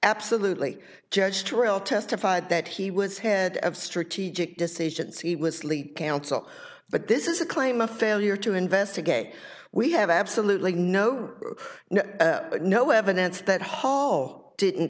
absolutely judge trail testified that he was head of strategic decisions he was sleep counsel but this is a claim of failure to investigate we have absolutely no no no evidence that hollow didn't